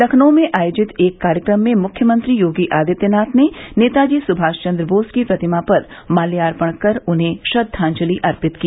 लखनऊ में आयोजित एक कार्यक्रम में मुख्यमंत्री योगी आदित्यनाथ ने नेताजी सुभाष चन्द्र बोस की प्रतिमा पर मात्यार्पण कर उन्हें श्रद्वाजलि अर्पित की